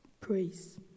praise